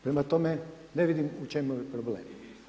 Prema tome, ne vidim u čemu je problem.